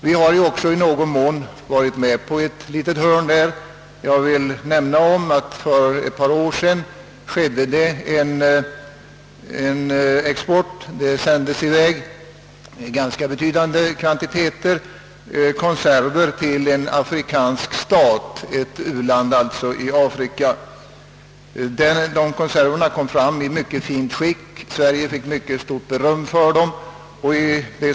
Vi har även i viss utsträckning varit med på ett litet hörn; jag vill nämna att för ett par år sedan ganska betydande kvantiteter konserver sändes i väg till ett u-land i Afrika. De kom fram i mycket fint skick, och Sverige fick stort beröm för dem.